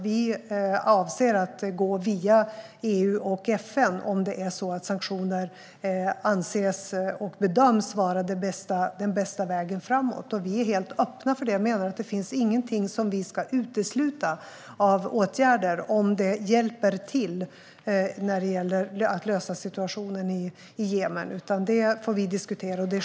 Vi avser att gå via EU och FN om sanktioner anses och bedöms vara den bästa vägen framåt. Vi är helt öppna för det. Jag menar att det inte finns någonting som vi ska utesluta i fråga om åtgärder om det hjälper till att lösa situationen i Jemen, utan det får vi diskutera.